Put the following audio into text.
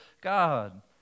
God